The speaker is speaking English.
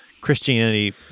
Christianity